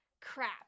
crap